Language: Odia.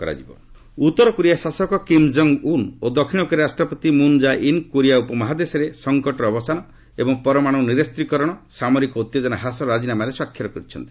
କୋରିଆନ୍ ସମିଟ୍ ଏଗୀମେଣ୍ଟ ଉତ୍ତର କୋରିଆ ଶାସକ କିମ୍ କଙ୍ଗ୍ ଉନ୍ ଓ ଦକ୍ଷିଣ କୋରିଆ ରାଷ୍ଟ୍ରପତି ମ୍ରନ୍ ଜାଏ ଇନ୍ କୋରିଆ ଉପମହାଦେଶରେ ସଙ୍କଟର ଅବସାନ ଏବଂ ପରମାଣୁ ନିରସ୍ତୀକରଣ ସାମରିକ ଉତ୍ତେଜନା ହ୍ରାସ ରାଜିନାମାରେ ସ୍ୱାକ୍ଷର କରିଛନ୍ତି